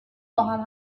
باهام